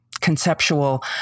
conceptual